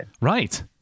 Right